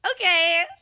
Okay